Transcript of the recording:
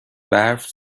برف